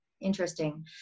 Interesting